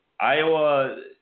Iowa